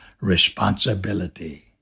responsibility